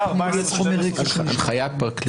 הנחיית פרקליט.